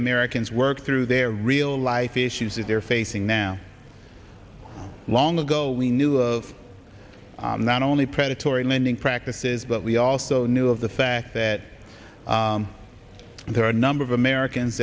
americans work through their real life issues that they're facing now long ago we knew of not only predatory lending practices but we also knew of the fact that there are a number of americans